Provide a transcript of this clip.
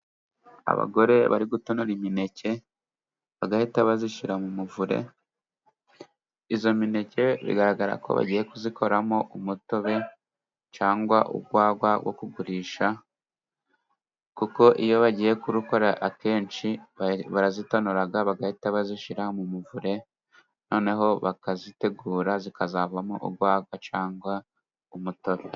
Abagore bari gutonora imineke bagahita bayishyira mu muvure. Iyo mineke bigaragara ko bagiye kuyikoramo umutobe cyangwa urwagwa rwo kugurisha, kuko iyo bagiye kubikora akenshi barayitonoga bagahita bayishyira mu muvure, noneho bakayitegura ikazavamo urwagwa cyangwa umutobe.